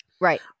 Right